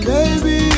Baby